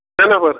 ترٛےٚ نفر